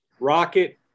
Rocket